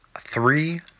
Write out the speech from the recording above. three